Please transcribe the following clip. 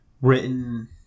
written